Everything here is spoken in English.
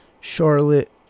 Charlotte